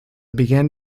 began